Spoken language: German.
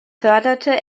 förderte